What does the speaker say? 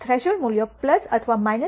threshold મૂલ્ય અથવા 1